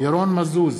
ירון מזוז,